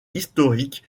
historique